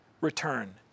return